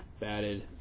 batted